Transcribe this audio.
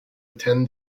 attend